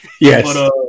Yes